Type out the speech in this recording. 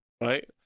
right